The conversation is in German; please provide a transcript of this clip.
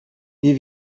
wie